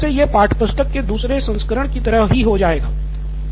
तो एक तरह से यह पाठ्यपुस्तक के दूसरे संस्करण की तरह ही हो जाएगा